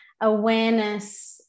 awareness